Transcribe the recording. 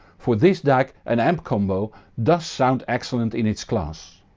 for this dac and amp combo does sound excellent in its class.